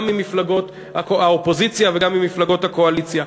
גם ממפלגות האופוזיציה וגם ממפלגות הקואליציה,